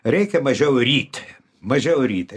reikia mažiau ryt mažiau ryt